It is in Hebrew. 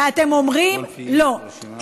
ואתם אומרים: לא,